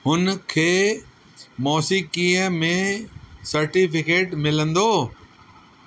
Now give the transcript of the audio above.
हुनखे मौसीकीअ में सर्टीफिकेट मिलंदो